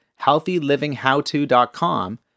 HealthyLivingHowTo.com